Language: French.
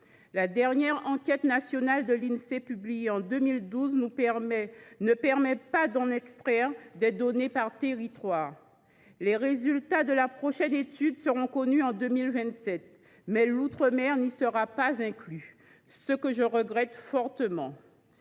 La dernière enquête nationale de l’Insee, publiée en 2012, ne permet pas d’extraire des données par territoire. Les résultats de la prochaine étude seront connus en 2027, mais l’outre mer n’y sera pas inclus, ce que je regrette. Cette